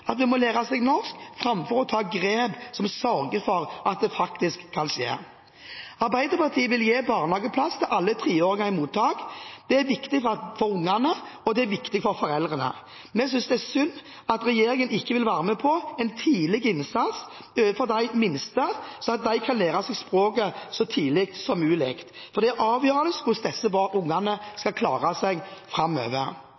at de må lære seg norsk, framfor å ta grep som sørger for at det faktisk kan skje. Arbeiderpartiet vil gi barnehageplass til alle treåringer i mottak. Det er viktig for ungene, og det er viktig for foreldrene. Vi synes det er synd at regjeringen ikke vil være med på en tidlig innsats overfor de minste, slik at de kan lære seg språket så tidlig som mulig. For det er avgjørende for hvordan disse ungene